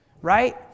Right